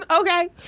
Okay